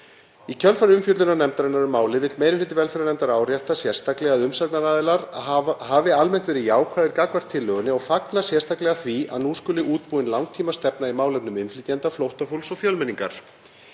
Í kjölfar umfjöllunar nefndarinnar um málið vill meiri hluti velferðarnefndar árétta sérstaklega að umsagnaraðilar hafi almennt verið jákvæðir gagnvart tillögunni og fagna því sérstaklega að nú skuli stefnt að gerð langtímastefnu í málefnum innflytjenda, flóttafólks og fjölmenningar.